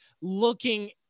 looking